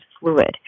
fluid